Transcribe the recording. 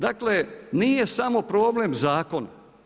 Dakle, nije samo problem zakon.